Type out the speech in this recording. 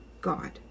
God